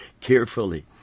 carefully